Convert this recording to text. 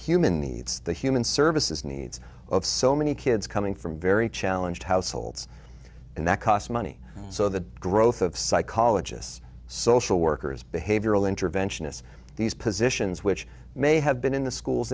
human needs the human services needs of so many kids coming from very challenged households and that costs money so the growth of psychologists social workers behavioral intervention is these positions which may have been in the schools